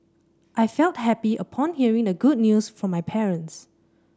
I felt happy upon hearing the good news from my parents